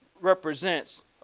represents